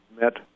met